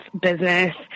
business